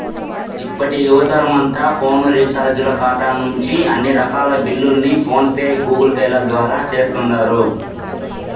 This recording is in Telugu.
ఇప్పటి యువతరమంతా ఫోను రీచార్జీల కాతా నుంచి అన్ని రకాల బిల్లుల్ని ఫోన్ పే, గూగుల్పేల ద్వారా సేస్తుండారు